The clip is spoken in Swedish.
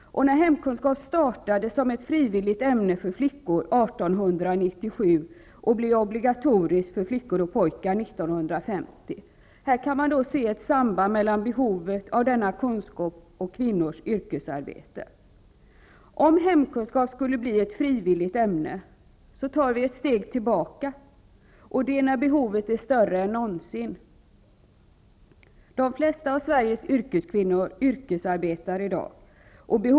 Hemkunskap infördes som ett frivilligt ämne för flickor 1897 och blev obligatoriskt för flickor och pojkar 1950. Man kan se ett samband mellan behovet av hemkunskap och kvinnors yrkesarbete. Om hemkunskap skulle bli ett frivilligt ämne tar vi ett steg tillbaka, och det gör vi i så fall när behovet av ämnet är större än någonsin. De flesta av Sveriges kvinnor yrkesarbetar i dag.